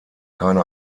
keine